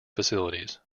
facilities